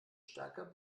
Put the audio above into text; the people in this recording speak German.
stärker